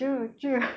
cher~ cher~